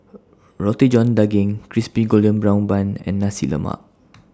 Roti John Daging Crispy Golden Brown Bun and Nasi Lemak